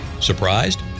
Surprised